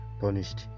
punished